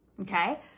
Okay